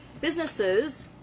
Businesses